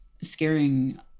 scaring